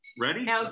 Ready